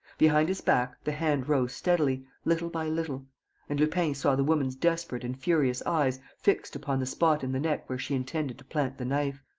behind his back, the hand rose steadily, little by little and lupin saw the woman's desperate and furious eyes fixed upon the spot in the neck where she intended to plant the knife